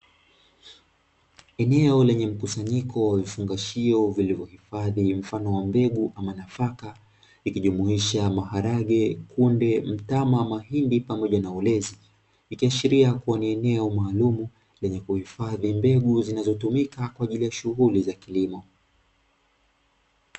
Eneo lenye mkusanyiko wa vifungashio vilivyohifadhi mfano wa mbegu ama nafaka, ikijumuisha maharage, kunde, mtama, mahindi pamoja na ulezi, ikiashiria kuwa ni eneo maalumu lenye kuhifadhi mbegu zinazotumika kwa ajili ya shughuli za kilimo.